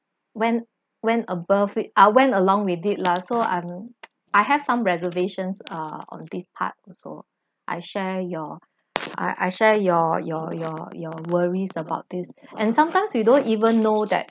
went went above it ah went along with it lah so I'm I have some reservations uh on this part also I share your I I share your your your your worries about this and sometimes you don't even know that